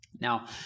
Now